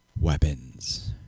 Weapons